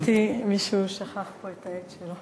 גברתי היושבת בראש,